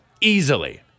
Easily